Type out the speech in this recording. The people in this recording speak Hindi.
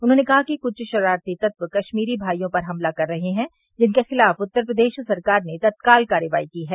उन्होंने कहा कि कुछ शरारती तत्व कश्मीरी भाईयों पर हमला कर रहे हैं जिनके खिलाफ उत्तर प्रदेश सरकार ने तत्काल कार्रवाई की है